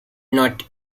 not